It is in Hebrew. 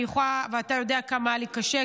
ואתה יודע כמה היה לי קשה,